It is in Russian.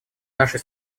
нашей